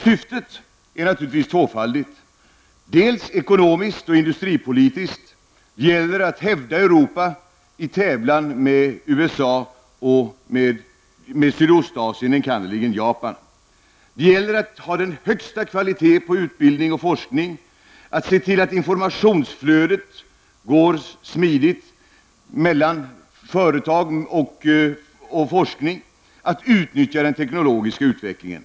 Här finns det naturligtvis två syften: Först gäller det att ekonomiskt och industripolitsk hävda Europa i tävlan med USA och Sydostasien, enkannerligen Japan. Det gäller också att ha högsta kvalitet på utbildning och forskning, att se till att informationsflödet går smidigt mellan företag och forskning samt att utnyttja den tekniska utvecklingen.